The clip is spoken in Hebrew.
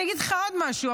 אני אגיד לך עוד משהו,